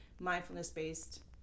mindfulness-based